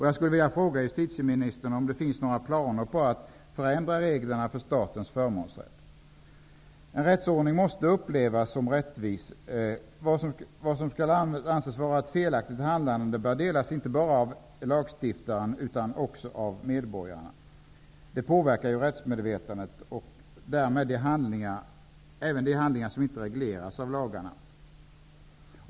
Jag skulle vilja fråga justitieministern om det finns några planer att förändra reglerna för statens förmånsrätt. En rättsordning måste upplevas som rättvis. Synen på vad som skall anses vara ett felaktigt handlande bör delas av lagstiftarna och medborgarna. Det påverkar ju rättsmedvetandet och därmed även de handlingar som inte regleras av lagar.